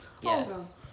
Yes